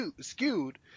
skewed